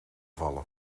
vallen